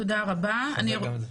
תודה רבה.